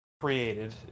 created